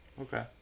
Okay